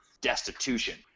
destitution